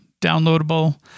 downloadable